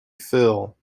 phil